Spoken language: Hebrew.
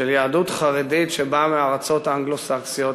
של יהדות חרדית שבאה מהארצות האנגלו-סקסיות,